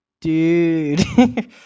Dude